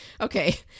Okay